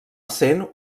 essent